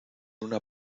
una